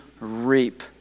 reap